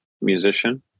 musician